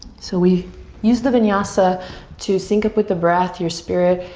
so we use the vinyasa to sink up with the breath, your spirit,